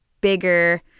bigger